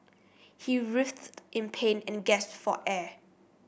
he writhed in pain and gasped for air